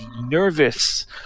nervous